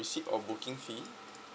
receipt of booking fee